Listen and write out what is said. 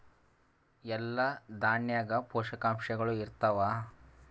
ಎಲ್ಲಾ ದಾಣ್ಯಾಗ ಪೋಷಕಾಂಶಗಳು ಇರತ್ತಾವ?